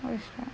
what is trying